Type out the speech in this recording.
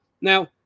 Now